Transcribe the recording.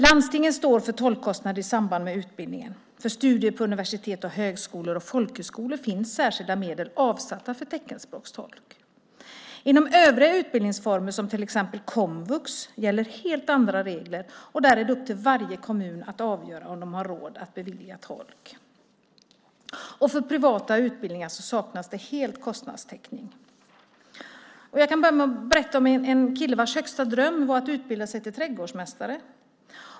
Landstingen står för tolkkostnader i samband med utbildning. För studier på universitet och högskolor och folkhögskolor finns särskilda medel avsatta för teckenspråkstolk. Inom övriga utbildningsformer, till exempel komvux gäller helt andra regler, och där är det upp till varje kommun att avgöra om de har råd att bevilja tolk. Och för privata utbildningar saknas det helt kostnadstäckning. Jag kan börja med att berätta om en kille vars högsta dröm var att utbilda sig till trädgårdsmästare.